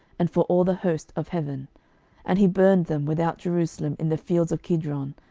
and for all the host of heaven and he burned them without jerusalem in the fields of kidron,